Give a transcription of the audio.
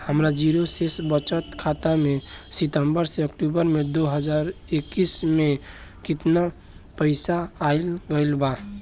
हमार जीरो शेष बचत खाता में सितंबर से अक्तूबर में दो हज़ार इक्कीस में केतना पइसा आइल गइल बा?